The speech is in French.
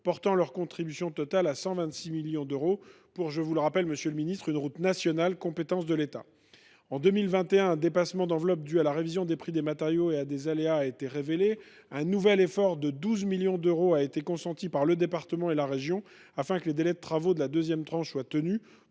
portant leur contribution totale à 126 millions d’euros pour une route nationale, dont je rappelle qu’elle relève de la compétence de l’État, monsieur le ministre. En 2021, un dépassement d’enveloppe dû à la révision des prix des matériaux et à des aléas a été révélé. Un nouvel effort de 12 millions d’euros a été consenti par le département et la région afin que les délais de travaux de la deuxième tranche soient tenus